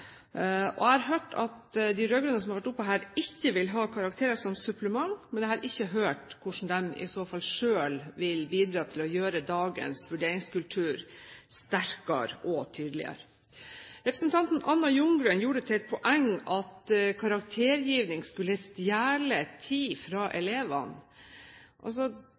Jeg har hørt at de rød-grønne som har vært oppe her, ikke vil ha karakterer som supplement, men jeg har ikke hørt hvordan de i så fall selv vil bidra til å gjøre dagens vurderingskultur sterkere og tydeligere. Representanten Anna Ljunggren gjorde det til et poeng at karaktergivning skulle stjele tid fra elevene.